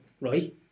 right